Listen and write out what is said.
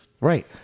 Right